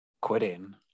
quitting